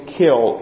kill